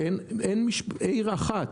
אין עיר אחת